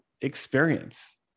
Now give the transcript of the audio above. experience